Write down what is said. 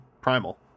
primal